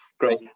Great